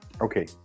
Okay